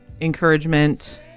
encouragement